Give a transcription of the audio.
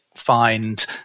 find